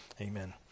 Amen